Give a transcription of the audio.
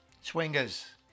Swingers